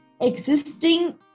existing